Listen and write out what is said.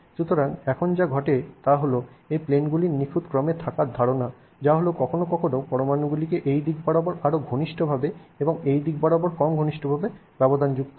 সুতরাং এখন যা ঘটে তা হল এই প্লেনগুলির নিখুঁত ক্রমে থাকার ধারণা যা হল কখনও কখনও পরমাণুগুলি এই দিক বরাবর আরও ঘনিষ্ঠভাবে এবং এই দিক বরাবর কম ঘনিষ্ঠভাবে ব্যবধানযুক্ত হয়